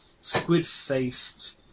squid-faced